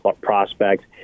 prospects